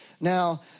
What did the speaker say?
Now